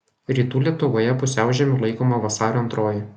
rytų lietuvoje pusiaužiemiu laikoma vasario antroji